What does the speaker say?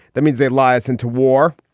that means they lie us into war.